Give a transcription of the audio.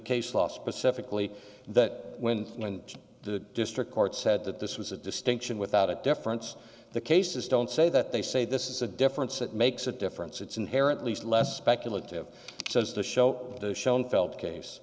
case law specifically that when the district court said that this was a distinction without a difference the cases don't say that they say this is a difference that makes a difference it's inherently less speculative says the show schoenfeld case